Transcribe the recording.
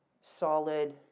solid